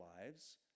lives